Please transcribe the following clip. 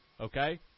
Okay